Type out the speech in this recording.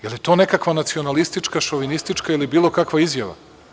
Je li to nekakva nacionalistička, šovinistička ili bilo kakva izjava?